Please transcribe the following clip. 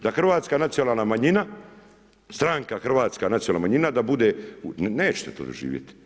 Da hrvatska nacionalna manjina, stranka hrvatska nacionalna manjina da bude, nećete to doživjeti.